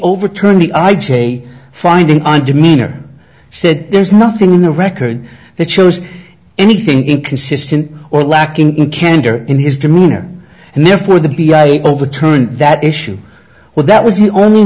overturned the i j a finding and demeanor said there is nothing in the record that shows anything inconsistent or lacking in candor in his demeanor and therefore the b s a overturned that issue with that was the only